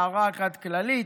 הערה אחת כללית: